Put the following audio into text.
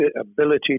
ability